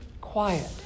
quiet